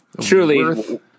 Truly